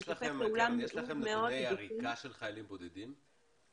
יש לכם נתוני עריקה של חיילים בודדים?